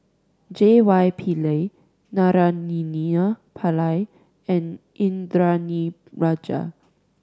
J Y Pillay Naraina Pillai and Indranee Rajah